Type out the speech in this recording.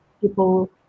people